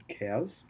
Cows